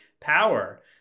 power